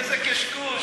איזה קשקוש.